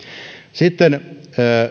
sitten